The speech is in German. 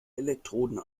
elektroden